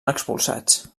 expulsats